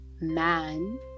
man